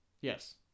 Yes